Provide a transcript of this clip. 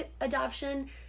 adoption